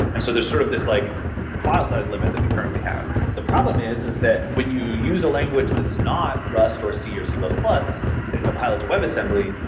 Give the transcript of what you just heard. and so, there's sort of this like file so system limit that we currently have. the problem is, is that when you use a language that's not rust or c or c plus plus and compile it to webassembly,